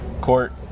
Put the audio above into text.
Court